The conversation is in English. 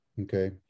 okay